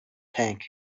tank